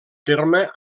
terme